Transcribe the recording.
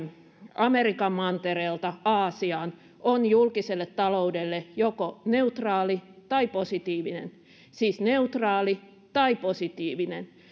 amerikan mantereelta aasiaan on julkiselle taloudelle joko neutraali tai positiivinen siis neutraali tai positiivinen